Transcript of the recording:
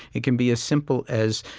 it can be as simple as,